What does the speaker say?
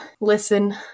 listen